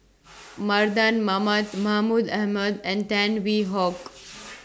Mardan Mamat Mahmud Ahmad and Tan Hwee Hock